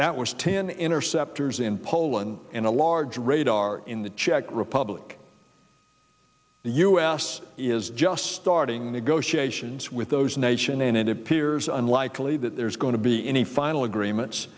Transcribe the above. that was ten interceptors in poland and a large radar in the czech republic the us is just starting negotiations with those nation and it appears unlikely that there's going to be any final agreements